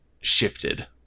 shifted